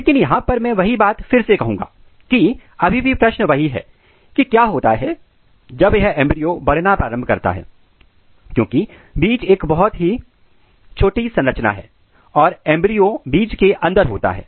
लेकिन यहां पर मैं वही बात फिर से कहूंगा की अभी भी प्रश्न वही है कि क्या होता है जब यह एंब्रियो बढ़ना प्रारंभ करता है क्योंकि बीज एक बहुत ही छुट्टी संरचना है और एंब्रियो बीच के अंदर होता है